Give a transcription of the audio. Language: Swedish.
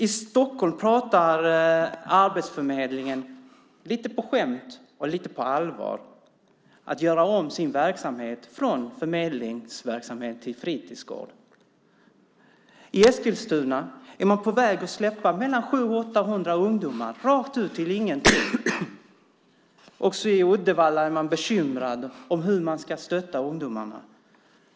I Stockholm pratar arbetsförmedlingen - lite på skämt, lite på allvar - om att göra om sin verksamhet från förmedlingsverksamhet till fritidsgård. I Eskilstuna är man på väg att släppa 700-800 ungdomar rakt ut i ingenting. Också i Uddevalla är man bekymrad över hur man ska stötta ungdomarna.